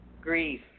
grief